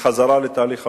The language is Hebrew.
חזרה לתהליך המדיני,